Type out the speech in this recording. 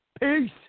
Peace